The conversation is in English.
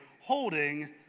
holding